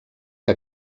que